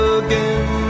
again